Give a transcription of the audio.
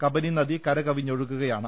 കബനി നദി കരകവിഞ്ഞൊഴുകുകയാണ്